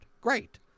Great